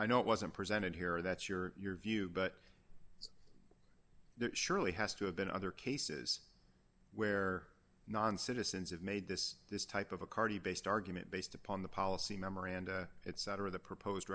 i know it wasn't presented here that's your view but there surely has to have been other cases where non citizens have made this this type of a cardi based argument based upon the policy memoranda it set or the proposed